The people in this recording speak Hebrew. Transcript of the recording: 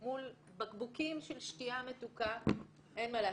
"מול בקבוקים של שתיה מתוקה אין מה לעשות".